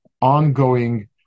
ongoing